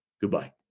Goodbye